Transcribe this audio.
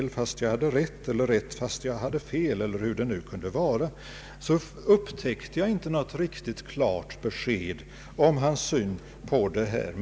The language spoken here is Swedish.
det statliga utvecklingsbiståndet än jag hade rätt — eller rätt fastän jag hade fel, eller hur det nu kunde vara — så upptäckte jag inte något riktigt klart besked om hans syn på det här.